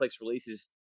releases